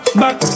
back